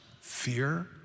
fear